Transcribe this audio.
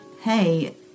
hey